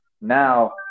Now